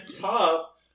top